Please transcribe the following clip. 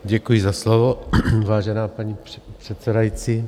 Děkuji za slovo, vážená paní předsedající.